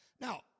Now